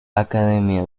academia